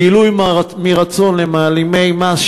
גילוי מרצון למעלימי מס,